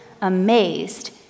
amazed